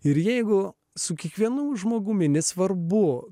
ir jeigu su kiekvienu žmogumi nesvarbu